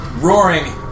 roaring